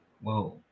whoa